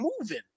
moving